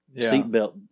seatbelt